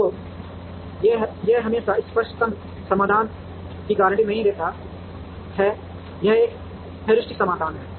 तो यह हमेशा इष्टतम समाधान की गारंटी नहीं देता है यह एक हेयुरिस्टिक समाधान है